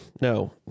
No